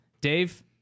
Dave